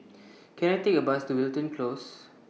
Can I Take A Bus to Wilton Close